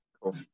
Cool